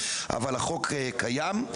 אבל החוק קיים,